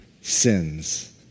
sins